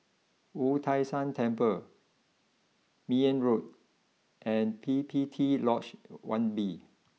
Wu Tai Shan Temple Meyer Road and P P T Lodge one B